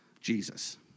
Jesus